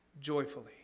joyfully